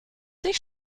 sich